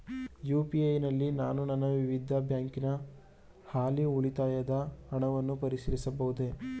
UPI ನಲ್ಲಿ ನಾನು ನನ್ನ ವಿವಿಧ ಬ್ಯಾಂಕಿನ ಹಾಲಿ ಉಳಿತಾಯದ ಹಣವನ್ನು ಪರಿಶೀಲಿಸಬಹುದೇ?